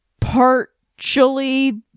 partially